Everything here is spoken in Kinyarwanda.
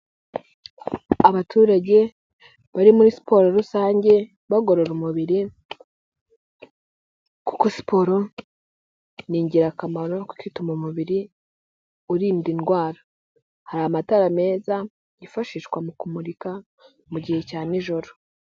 Abaturage bari muri siporo rusange, bagorora umubiri kuko siporo, ni ingirakamaro kuko ituma umubiri, urinda indwara, hari amatara meza yifashishwa mu kumurika, mu gihe cya nijoro.